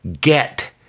get